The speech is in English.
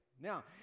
Now